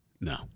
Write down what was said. No